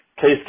Case